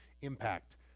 impact